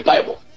Bible